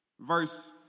Verse